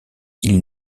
ils